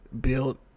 build